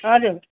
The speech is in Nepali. हजुर